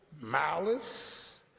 malice